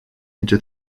into